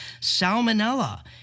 salmonella